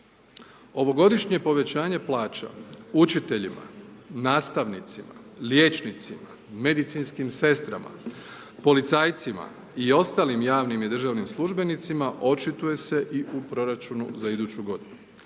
Ovogodišnje povećanje plaća učiteljima, nastavnicima, liječnicima, medicinskim sestrama, policajcima i ostalim javnim i državnim službenicima očituje se i u proračunu za iduću godinu.